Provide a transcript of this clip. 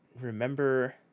remember